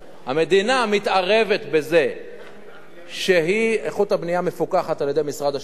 המדינה מתערבת בזה שאיכות הבנייה מפוקחת על-ידי משרד השיכון,